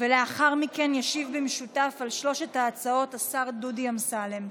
לאחר מכן ישיב במשותף על שלוש ההצעות השר דודי אמסלם.